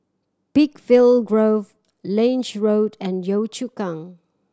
Peakville Grove Lange Road and Yio Chu Kang